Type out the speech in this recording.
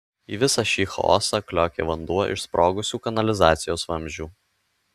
į visą šį chaosą kliokė vanduo iš sprogusių kanalizacijos vamzdžių